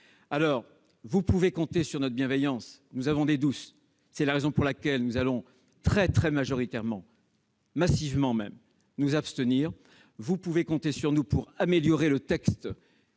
trouver. Vous pouvez compter sur notre bienveillance. Mais nous avons des doutes. C'est la raison pour laquelle nous allons très majoritairement, massivement même, nous abstenir. Vous pouvez compter sur nous pour améliorer le texte